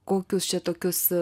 kokius čia tokius